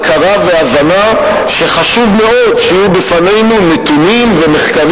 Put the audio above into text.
הכרה והבנה שחשוב מאוד שיהיו בפנינו נתונים ומחקרים